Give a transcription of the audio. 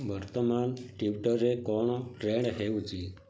ବର୍ତ୍ତମାନ ଟ୍ୱିଟର୍ରେ କ'ଣ ଟ୍ରେଣ୍ଡ ହେଉଛି